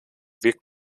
wirkt